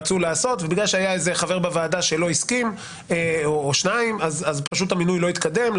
אבל בגלל שהיה איזה חבר בוועדה או שניים שלא הסכימו אז המינוי לא התקדם.